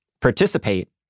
participate